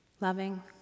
loving